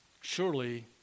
surely